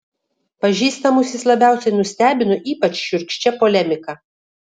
pažįstamus jis labiausiai nustebino ypač šiurkščia polemika